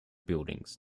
buildings